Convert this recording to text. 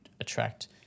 attract